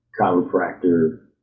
chiropractor